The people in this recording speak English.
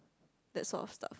that sort of stuff